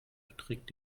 beträgt